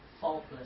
faultless